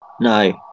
No